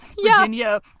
Virginia